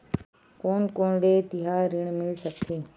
कोन कोन ले तिहार ऋण मिल सकथे?